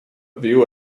view